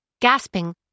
Gasping